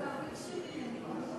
כבר ביקשו ממני.